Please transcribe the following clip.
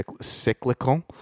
cyclical